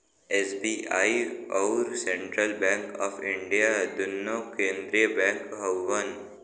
SBI अउर central bank of India दुन्नो केन्द्रिय बैंक हउअन